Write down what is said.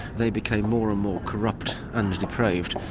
they became more and more corrupt and depraved,